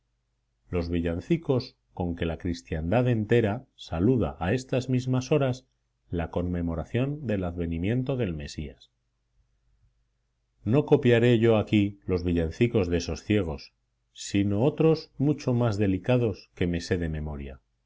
los villancicos con que la cristiandad entera saluda a estas mismas horas la conmemoración del advenimiento del mesías no copiaré yo aquí los villancicos de esos ciegos sino otros muchos más delicados que me sé de memoria